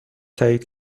تأیید